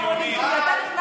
אבל הוא התחיל,